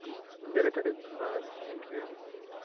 हुन्छ धेरै धेरै धन्यवाद थ्याङ्क यु